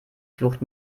flucht